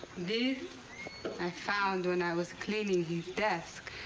this i found when i was cleaning his desk,